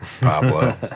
Pablo